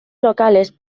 locales